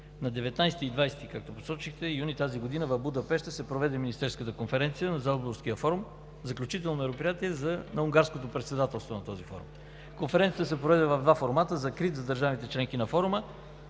20 юни тази година, както посочихте, в Будапеща се проведе министерската конференция на Залцбургския форум, заключително мероприятие на унгарското председателство на този форум. Конференцията се проведе в два формата – закрит за държавите – членки на форума